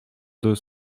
deux